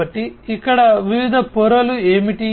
కాబట్టి ఇక్కడ వివిధ పొరలు ఏమిటి